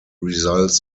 results